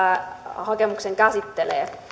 hakemuksen käsittelee